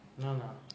நானா:naanaa